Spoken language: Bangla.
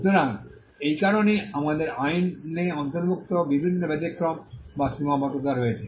সুতরাং এই কারণেই আমাদের আইনে অন্তর্ভুক্ত বিভিন্ন ব্যতিক্রম এবং সীমাবদ্ধতা রয়েছে